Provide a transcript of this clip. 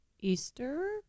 Easter